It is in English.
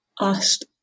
asked